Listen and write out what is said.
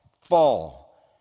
fall